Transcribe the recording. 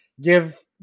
give